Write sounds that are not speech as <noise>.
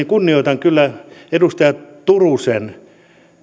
<unintelligible> kunnioitan kyllä edustaja turusen